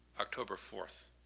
october fourth.